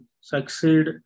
succeed